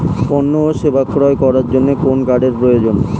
পণ্য ও সেবা ক্রয় করার জন্য কোন কার্ডের প্রয়োজন?